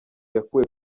yakuwe